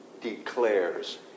Declares